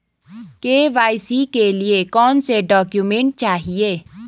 KYC के लिए कौनसे डॉक्यूमेंट चाहिये?